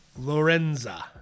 Lorenza